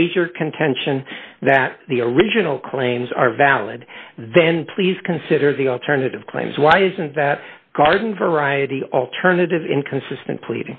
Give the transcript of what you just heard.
major contention that the original claims are valid then please consider the alternative claims why isn't that a garden variety alternative inconsistent pleading